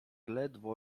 ledwo